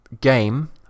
game